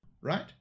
Right